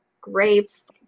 grapes